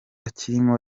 kirimo